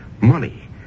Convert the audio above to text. money